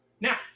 Now